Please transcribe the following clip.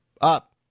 Up